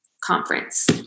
conference